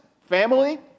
family